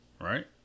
Right